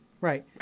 Right